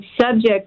subject